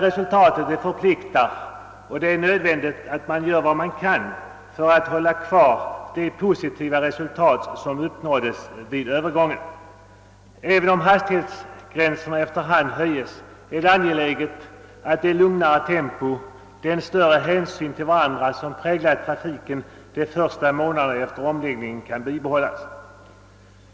Detta förpliktar, och det är nödvändigt att man gör vad man kan för att hålla kvar det positiva resultat som uppnåddes vid övergången. Även om hastighetsgränserna efter hand höjes, är det angeläget att det lugnare tempo och den större hänsyn till varandra som präglade trafiken de första månaderna efter omläggningen kan bibehållas.